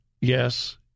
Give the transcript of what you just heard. yes